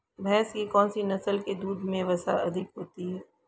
भैंस की कौनसी नस्ल के दूध में वसा अधिक होती है?